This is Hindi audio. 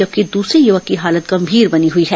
जबकि दूसरे युवक की हालत गंभीर बनी हुई है